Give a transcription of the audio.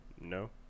no